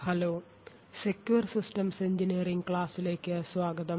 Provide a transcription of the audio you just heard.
hello secure systems engineering ക്ലാസ്സിലേക്ക് സ്വാഗതം